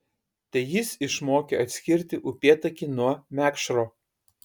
tai jis išmokė atskirti upėtakį nuo mekšro